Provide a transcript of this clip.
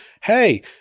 hey